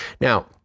now